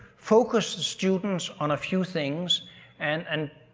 focus the students on a few things and. and